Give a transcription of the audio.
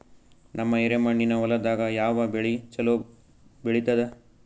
ನಮ್ಮ ಎರೆಮಣ್ಣಿನ ಹೊಲದಾಗ ಯಾವ ಬೆಳಿ ಚಲೋ ಬೆಳಿತದ?